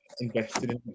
invested